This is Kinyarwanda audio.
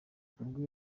ubwo